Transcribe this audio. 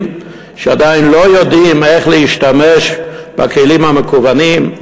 שעדיין לא יודעים להשתמש בכלים המקוונים,